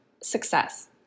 success